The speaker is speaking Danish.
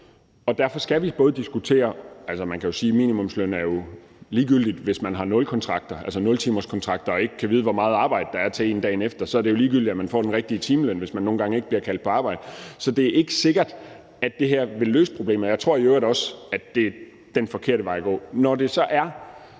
Man kan sige, at minimumsløn er ligegyldigt, hvis man har nultimekontrakter og ikke kan vide, hvor meget arbejde der er til en dagen efter. Så er det jo ligegyldigt, at man får den rigtige timeløn, hvis man nogle gange ikke bliver kaldt på arbejde. Så det er ikke sikkert, at det her vil løse problemet. Jeg tror i øvrigt også, at det er den forkerte vej at gå.